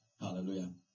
hallelujah